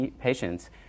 patients